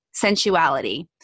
sensuality